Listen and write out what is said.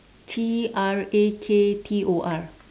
T R A K T O R